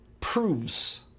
proves